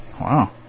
Wow